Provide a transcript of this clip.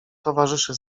towarzyszy